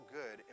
good